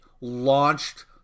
launched